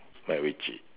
macritchie